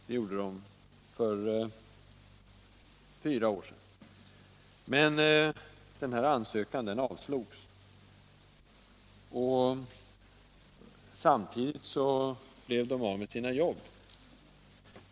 Det gjorde de för fyra år sedan. Men de ras ansökan avslogs. Samtidigt blev de av med sina jobb.